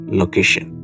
location